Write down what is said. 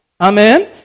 Amen